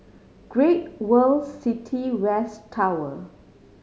Great World City West Tower